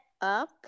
up